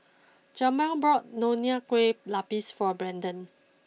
Jamir bought Nonya Kueh Lapis for Braedon